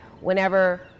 whenever